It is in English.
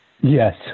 Yes